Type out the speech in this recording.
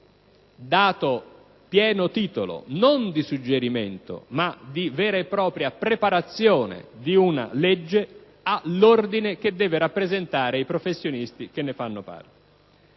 dato pieno titolo non di suggerimento, ma di vera e propria preparazione di una legge, all'Ordine che deve rappresentare i professionisti che ne fanno parte.